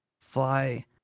fly